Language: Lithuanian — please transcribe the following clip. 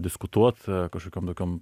diskutuot kažkokiom tokiom